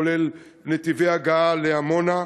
כולל נתיבי הגעה לעמונה.